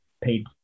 paid